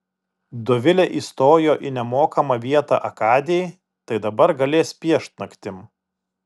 dovilė įstojo į nemokamą vietą akadėj tai dabar galės piešt naktim